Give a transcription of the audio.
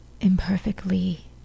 Imperfectly